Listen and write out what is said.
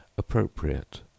appropriate